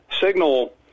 signal